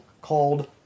called